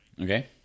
Okay